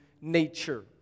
nature